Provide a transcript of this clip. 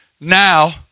Now